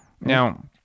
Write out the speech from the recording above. Now